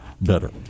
better